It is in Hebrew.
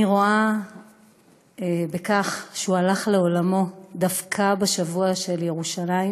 אני רואה בכך שהוא הלך לעולמו דווקא בשבוע של ירושלים